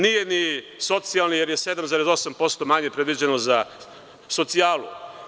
Nije ni socijalni, jer je 7,8% predviđeno za socijalu.